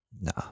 No